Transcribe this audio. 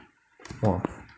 !wah!